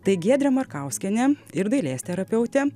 tai giedrė markauskienė ir dailės terapeutė